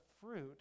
fruit